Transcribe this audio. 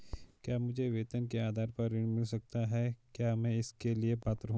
क्या मुझे वेतन के आधार पर ऋण मिल सकता है क्या मैं इसके लिए पात्र हूँ?